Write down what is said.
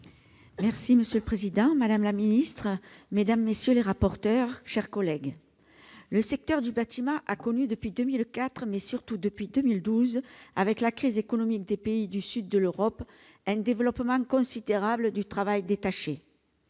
Monsieur le président, madame la ministre, mesdames, messieurs les rapporteurs, chers collègues, le secteur du bâtiment a connu depuis 2004, mais surtout depuis 2012 avec la crise économique des pays du sud de l'Europe, un développement considérable du travail détaché.